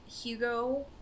Hugo